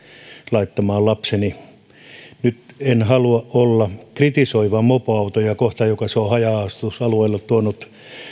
laittamaan lapseni siihen nyt en halua olla kritisoiva mopoautoja kohtaan jotka ovat haja asutusalueelle tuoneet